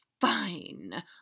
fine